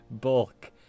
Bulk